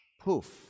poof